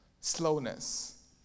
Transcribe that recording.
slowness